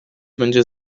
będzie